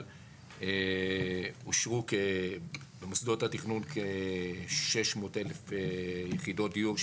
אושרו במוסדות התכנון כ-600,000 יחידות דיור,